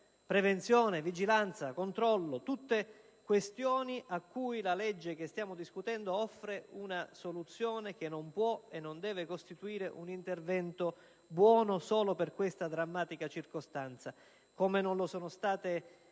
prevenzione, vigilanza, controllo. Tutte questioni a cui la legge che stiamo discutendo offre una soluzione che non può e non deve costituire un intervento buono solo per questa drammatica circostanza, come non lo sono state, sia